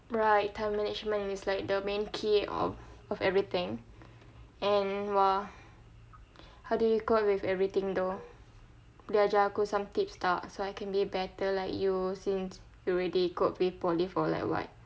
right time management is like the main key of of everything and !wah! how do you cope with everything though boleh ajar aku some tip tak so I can be better like you since you already cope with poly for like what